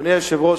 אדוני היושב-ראש,